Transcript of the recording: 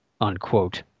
unquote